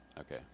Okay